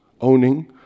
owning